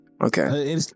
Okay